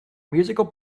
musical